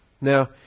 Now